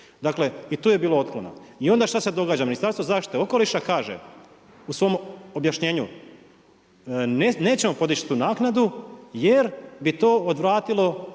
Dakle, i tu je bilo otklona. I onda šta se događa? Ministarstvo zaštite okoliša kaže u svom objašnjenju, nećemo podići tu naknadu jer bi to odvratilo